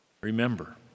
Remember